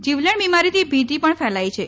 જીવલેણ બિમારીથી ભીતી પણ ફેલાઇ છે